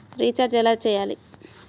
Recharge ఎలా చెయ్యాలి?